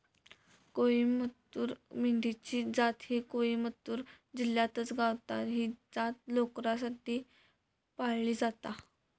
कोईमतूर मेंढी ची जात ही कोईमतूर जिल्ह्यातच गावता, ही जात लोकरीसाठी पाळली जाता